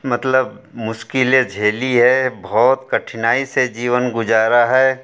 मतलब मुश्किलें झेली हैं बहुत कठिनाई से जीवन गुजारा है